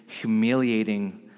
humiliating